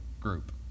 group